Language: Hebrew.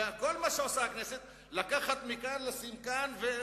וכל מה שעושה הכנסת הוא לקחת מכאן ולשים כאן.